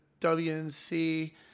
WNC